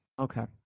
Okay